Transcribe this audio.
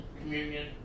communion